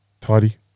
Tidy